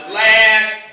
last